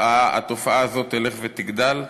התופעה הזאת תלך ותגדל.